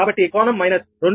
కాబట్టి కోణం మైనస్ 2